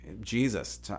Jesus